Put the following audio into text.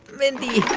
mindy,